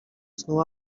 snu